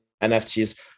nfts